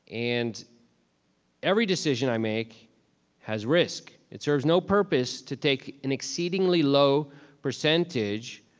and every decision i make has risk. it serves no purpose to take an exceedingly low percentage,